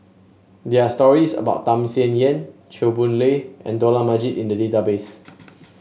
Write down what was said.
there are stories about Tham Sien Yen Chew Boon Lay and Dollah Majid in the database